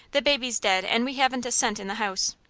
the baby's dead, and we haven't a cent in the house!